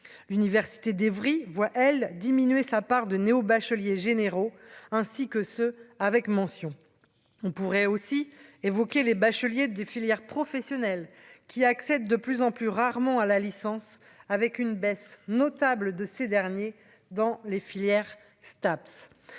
l'université d'Evry, voit elle diminuer sa part de néo-bacheliers généraux ainsi que ceux avec mention, on pourrait aussi évoquer les bacheliers des filières professionnelles qui accèdent de plus en plus rarement à la licence, avec une baisse notable de ces derniers dans les filières Staps